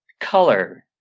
Color